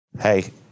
hey